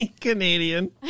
Canadian